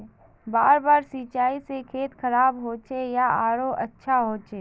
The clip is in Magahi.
बार बार सिंचाई से खेत खराब होचे या आरोहो अच्छा होचए?